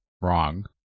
wrong